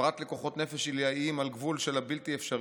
פרט לכוחות נפש עילאיים על הגבול של הבלתי-אפשרי,